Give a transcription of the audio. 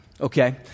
Okay